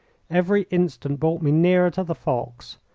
every instant brought me nearer to the fox.